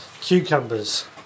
cucumbers